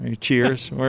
Cheers